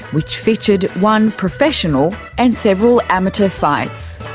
which featured one professional and several amateur fights